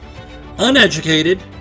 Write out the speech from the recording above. uneducated